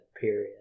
period